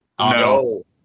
No